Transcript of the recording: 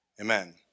Amen